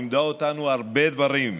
לימדה אותנו הרבה דברים,